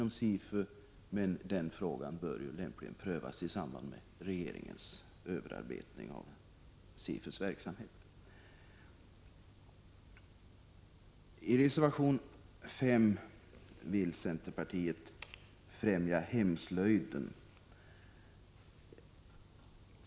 Men den frågan bör lämpligen prövas i samband med regeringens överarbetning av SIFU:s verksamhet. I reservation 5 vill centerpartiet främja hemslöjden.